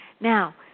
Now